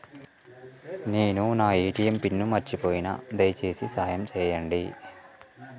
నేను నా ATM pin మర్చిపోయిన, దయచేసి సాయం చేయండి